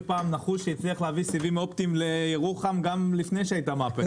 להבין סיבים אופטיים לירוחם גם לפני שהייתה מהפכה.